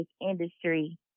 industry